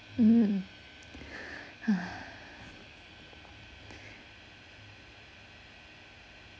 mm